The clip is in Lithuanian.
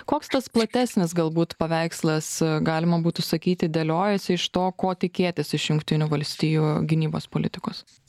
koks tas platesnis galbūt paveikslas galima būtų sakyti dėliojasi iš to ko tikėtis iš jungtinių valstijų gynybos politikos